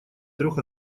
трех